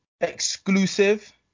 exclusive